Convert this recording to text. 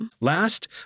Last